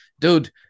Dude